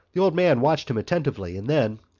the old man watched him attentively and then,